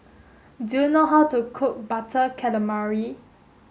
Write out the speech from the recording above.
do you know how to cook butter calamari